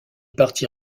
partit